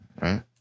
right